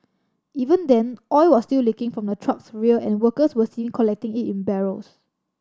even then oil was still leaking from the truck's rear and workers were seen collecting it in barrels